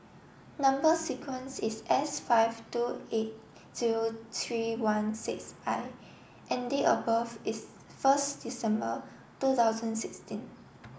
number sequence is S five two eight zero three one six I and date of birth is first December two thousand sixteen